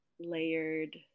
layered